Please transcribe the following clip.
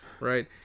Right